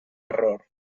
error